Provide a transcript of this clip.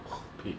屁